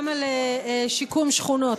גם על שיקום שכונות,